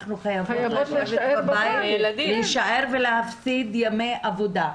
אנחנו חייבות להישאר בבית ולהפסיד ימי עבודה.